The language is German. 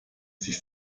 sich